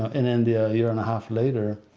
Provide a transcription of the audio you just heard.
in india a year and a half later.